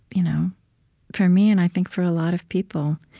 you know for me, and, i think, for a lot of people.